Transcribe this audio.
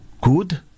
good